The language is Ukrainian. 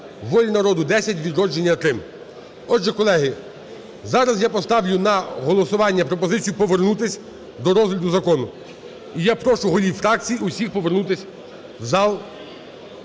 "Воля народу" – 10, "Відродження" – 3. Отже, колеги, зараз я поставлю на голосування пропозицію повернутися до розгляду закону. І я прошу голів фракцій усіх повернутися в зал